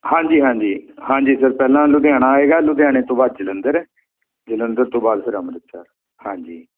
ਹਾਂਜੀ ਹਾਂਜੀ ਹਾਂਜੀ ਸਰ ਪਹਿਲਾਂ ਲੁਧਿਆਣਾ ਆਏਗਾ ਲੁਧਿਆਣੇ ਤੋਂ ਬਾਅਦ ਜਲੰਧਰ ਜਲੰਧਰ ਤੋਂ ਬਾਅਦ ਫਿਰ ਅੰਮ੍ਰਿਤਸਰ ਹਾਂਜੀ